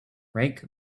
rake